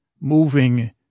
moving